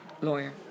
lawyer